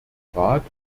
rat